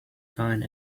kind